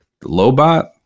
Lobot